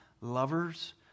Lovers